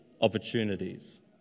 opportunities